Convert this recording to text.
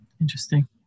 Interesting